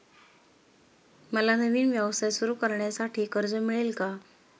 मला नवीन व्यवसाय सुरू करण्यासाठी कर्ज मिळेल का?